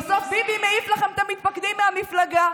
כי בסוף ביבי מעיף לכם את המתפקדים מהמפלגה.